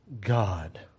God